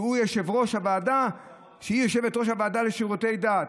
שהיא יושבת-ראש הוועדה לשירותי דת,